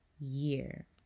year